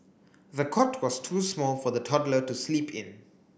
the cot was too small for the toddler to sleep in